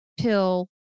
pill